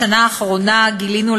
בשנה האחרונה גילינו,